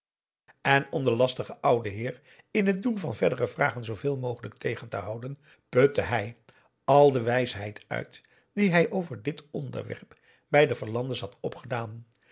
en om den lastigen ouden heer in het doen van boe akar verdere vragen zooveel mogelijk tegen te houden putte hij al de wijsheid uit die hij over dit onderwerp bij de verlande's had opgedaan